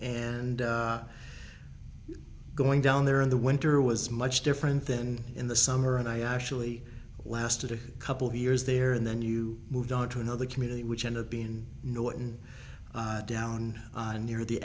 and going down there in the winter was much different than in the summer and i actually lasted a couple of years there and then you moved on to another community which ended being norton down near the